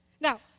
Now